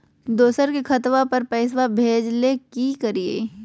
दोसर के खतवा पर पैसवा भेजे ले कि करिए?